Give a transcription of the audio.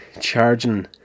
charging